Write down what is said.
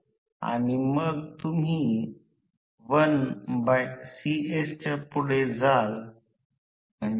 त्याच दिशेने रोटर च्या बाबतीत स्टेटर s पासून पाहिलेल्या रोटर क्षेत्राची निव्वळ वेग